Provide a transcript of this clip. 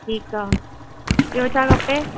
ठीकु आहे ॿियो छा खपे